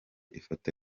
ifoto